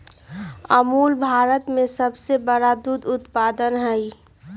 अमूल भारत में सबसे बड़ा दूध उत्पादक हई